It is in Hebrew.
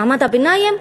מעמד הביניים?